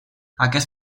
aquest